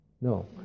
No